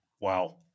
Wow